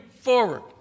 forward